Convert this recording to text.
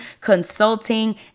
consulting